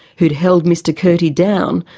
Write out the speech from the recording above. who'd held mr curti down,